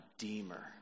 redeemer